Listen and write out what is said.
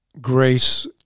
grace